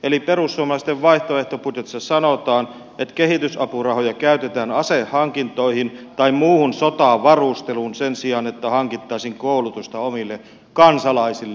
eli perussuomalaisten vaihtoehtobudjetissa sanotaan että kehitysapurahoja käytetään asehankintoihin tai muuhun sotavarusteluun sen sijaan että hankittaisiin koulutusta omille kansalaisille